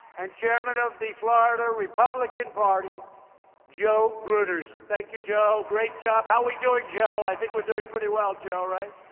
and chairman of the florida republican party joe gruters. thank you, joe. great job. how we doing, joe? i think we're doing pretty well, joe. right?